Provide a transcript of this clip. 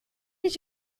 did